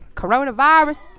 coronavirus